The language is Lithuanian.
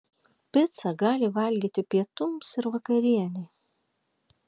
picą gali valgyti pietums ir vakarienei